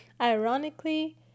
Ironically